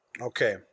Okay